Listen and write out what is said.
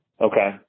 Okay